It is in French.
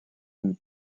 une